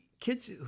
kids